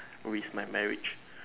with my marriage